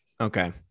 Okay